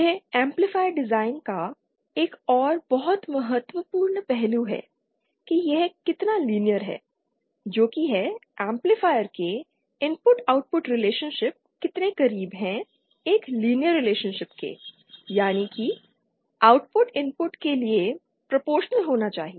यह amplifier design का एक और बहुत महत्वपूर्ण पहलू है कि यह कितना लीनियर है जो कि है एम्पलीफायर के इनपुट आउटपुट रिलेशनशिप कितने करीब हैं एक लीनियर रिलेशनशिप केयानि कि आउटपुट इनपुट के लिए प्रोपोरशनल होना चाहिए